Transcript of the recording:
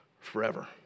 forever